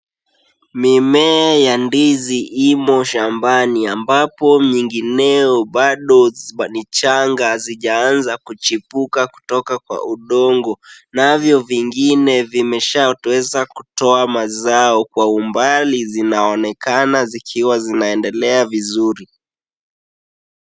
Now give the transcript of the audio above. Mimea ya ndizi imo shambani ambapo mingineyo bado michanga hazijaanza kuchipuka kutoka kwa udongo. Navyo vingine zimeshaweza kutoa mazao kwa umbali zinaonekana zikiwa zinaendelea vizuri.